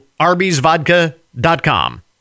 arbysvodka.com